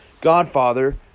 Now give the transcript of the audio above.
Godfather